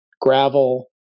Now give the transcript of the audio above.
gravel